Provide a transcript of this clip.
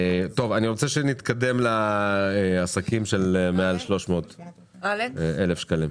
אני רוצה שנתקדם לעסקים עם מעל 300 אלף שקלים.